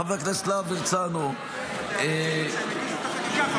חבר הכנסת להב הרצנו ----- כשהם הגישו את החקיקה,